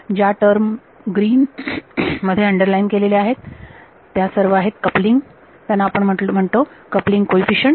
ज्या term green मध्ये underline केलेले आहेत त्या सर्व आहेत कपलिंग त्यांना आपण म्हणतो कपलिंग कोईफिशंट